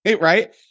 Right